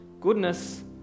goodness